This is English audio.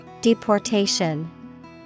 Deportation